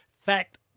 Fact